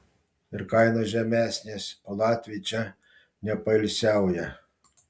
ir kainos žemesnės o latviai čia nepoilsiauja